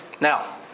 Now